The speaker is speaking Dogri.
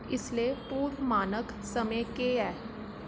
इसलै पूर्व मानक समें केह् ऐ